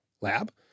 Lab